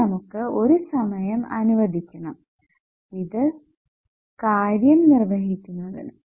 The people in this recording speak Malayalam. ഇനി നമുക്ക് ഒരു സമയം അനുവദിക്കണം ഇത് കാര്യം നിർവ്വഹിക്കുന്നതിന്